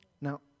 Now